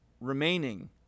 remaining